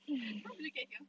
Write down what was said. how did we get here